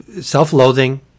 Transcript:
self-loathing